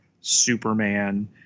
Superman